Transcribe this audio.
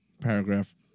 paragraph